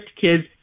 kids